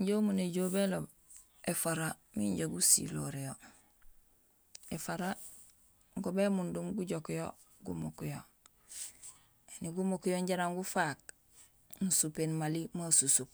Injé umu néjool béloob éfara minja gusiloor yo, éfara go bémundum gujook yo gumuk yo, éni gumuk yo jaraam gufaak, nusupéén mali ma susuup,